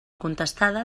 contestada